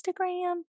instagram